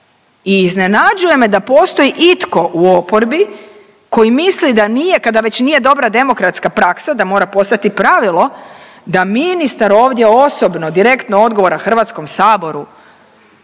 I iznenađuje me da postoji itko u oporbi koji misli da nije, kada već nije dobra demokratska praksa, da mora postati pravilo, da ministar ovdje osobno direktno odgovara Hrvatskom saboru